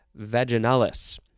vaginalis